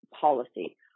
policy